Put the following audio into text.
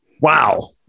Wow